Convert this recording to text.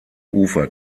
ufer